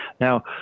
now